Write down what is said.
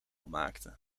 maakte